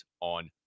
on